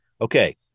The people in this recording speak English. okay